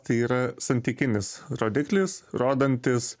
tai yra santykinis rodiklis rodantis